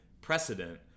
precedent